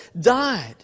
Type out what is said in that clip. died